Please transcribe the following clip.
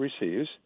receives